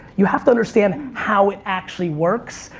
you have to understand how it actually works,